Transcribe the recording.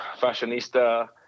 fashionista